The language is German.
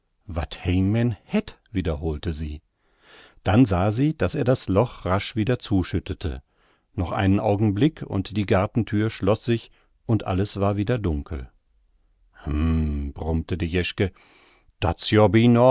wiederholte sie dann sah sie daß er das loch rasch wieder zuschüttete noch einen augenblick und die gartenthür schloß sich und alles war wieder dunkel hm brummte die